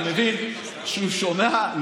אני מבין שהוא שומע,